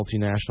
multinational